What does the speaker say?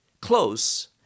close